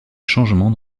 changements